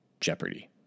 Jeopardy